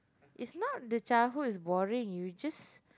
it's not the childhood is boring you just